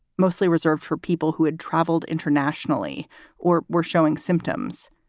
mostly reserved for people who had traveled internationally or were showing symptoms.